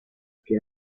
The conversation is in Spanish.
que